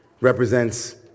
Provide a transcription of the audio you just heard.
represents